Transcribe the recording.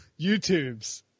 YouTubes